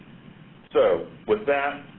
so with that,